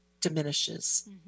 diminishes